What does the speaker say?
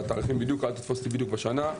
אל תתפוס אותי בדיוק בשנה,